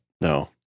no